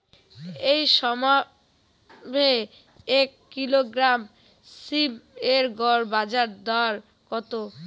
এই সপ্তাহে এক কিলোগ্রাম সীম এর গড় বাজার দর কত?